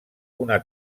una